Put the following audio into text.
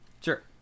sure